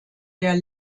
der